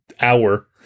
hour